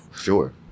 Sure